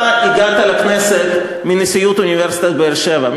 אתה הגעת לכנסת מנשיאות אוניברסיטת באר-שבע,